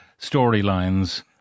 storylines